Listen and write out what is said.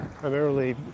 primarily